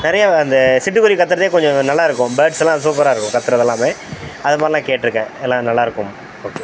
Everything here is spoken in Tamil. நிறைய அந்த சிட்டுக்குருவி கத்துறதே கொஞ்சம் நல்லா இருக்கும் பேர்ட்ஸ்லாம் சூப்பராக இருக்கும் கத்துகிறது எல்லாமே அது மாதிரில்லாம் கேட்டிருக்கேன் எல்லா நல்லாருக்கும் ஓகே